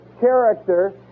character